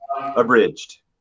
Abridged